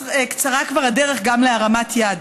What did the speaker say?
קצרה כבר הדרך גם להרמת יד.